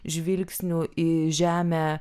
žvilgsnių į žemę